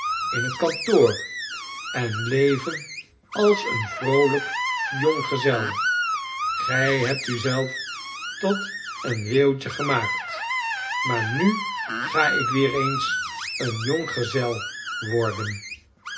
in het kantoor en leven als een vroolijk jonggezel gij hebt u zelve tot een weeuwtje gemaakt maar nu ga ik weer eens een jonggezel worden